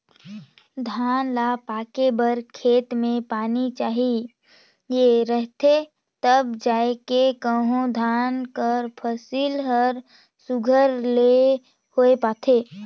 धान ल पाके बर खेत में पानी चाहिए रहथे तब जाएके कहों धान कर फसिल हर सुग्घर ले होए पाथे